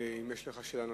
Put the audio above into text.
אם יש לך שאלה נוספת,